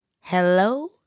Hello